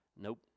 Nope